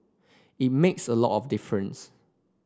it makes a lot of difference